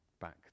back